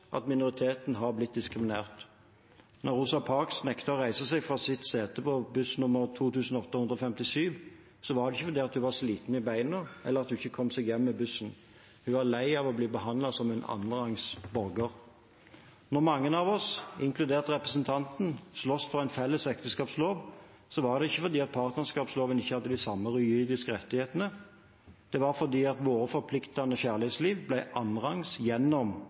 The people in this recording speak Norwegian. at minoriteten har blitt diskriminert. Da Rosa Parks nektet å reise seg fra sitt sete på buss nr. 2857, var det ikke fordi hun var sliten i beina, eller at hun ikke kom seg hjem med bussen. Hun var lei av å bli behandlet som en annenrangs borger. Da mange av oss, inkludert representanten, sloss for en felles ekteskapslov, var det ikke fordi partnerskapsloven ikke hadde de samme juridiske rettighetene. Det var fordi vårt forpliktende kjærlighetsliv ble annenrangs gjennom